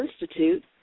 Institute